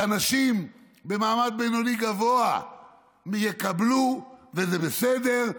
שאנשים במעמד בינוני גבוה-יקבלו, וזה בסדר,